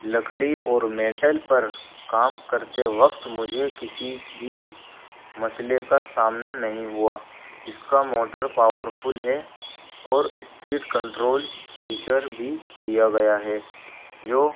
لکڑی اور میٹل پر کام کرتے وقت مجھے کسی بھی مسئلے کا سامنا نہیں ہوا اس کا موٹر پاورفل ہے اور اسپیڈ کنٹرول فیچر بھی دیا گیا ہے جو